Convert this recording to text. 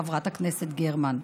חברת הכנסת גרמן?